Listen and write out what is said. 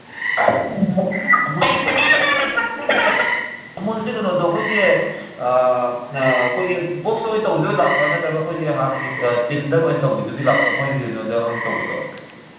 ꯑꯃꯨꯜꯁꯦ ꯀꯩꯅꯣꯗꯣ ꯑꯩꯈꯣꯏꯒꯤ ꯑꯩꯈꯣꯏꯒꯤ ꯕꯣꯛꯁ ꯑꯣꯏ ꯇꯧꯕꯗꯣ ꯂꯥꯛꯄ꯭ꯔꯥ ꯅꯠꯇ꯭ꯔꯒ ꯑꯩꯈꯣꯏꯒꯤ ꯇꯤꯟꯗ ꯑꯣꯏꯅ ꯑꯩꯈꯣꯏ ꯀꯩꯅꯣꯗ ꯑꯣꯏ ꯇꯧꯕꯗꯣ